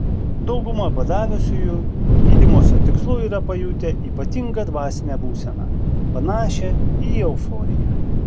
dauguma badavusiųjų gydymosi tikslu yra pajutę ypatingą dvasinę būseną panašią į euforiją